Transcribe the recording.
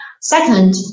Second